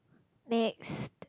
next